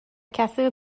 کسی